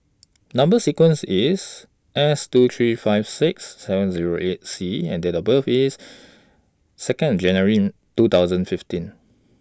Number sequence IS S two three five six seven Zero eight C and Date of birth IS two January two thousand fifteen